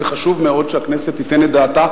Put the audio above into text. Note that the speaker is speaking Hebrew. וחשוב מאוד שהכנסת תיתן את דעתה,